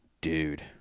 dude